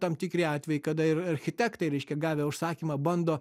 tam tikri atvejai kada ir architektai reiškia gavę užsakymą bando